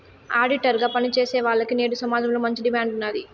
auditor గా పని చేసేవాల్లకి నేడు సమాజంలో మంచి డిమాండ్ ఉన్నాది